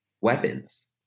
weapons